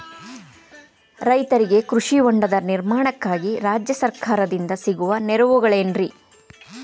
ರೈತರಿಗೆ ಕೃಷಿ ಹೊಂಡದ ನಿರ್ಮಾಣಕ್ಕಾಗಿ ರಾಜ್ಯ ಸರ್ಕಾರದಿಂದ ಸಿಗುವ ನೆರವುಗಳೇನ್ರಿ?